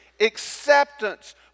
acceptance